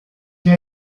già